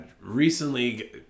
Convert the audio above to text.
recently